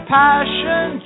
passion